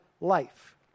life